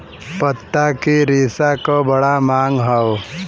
पत्ता के रेशा क बड़ा मांग हौ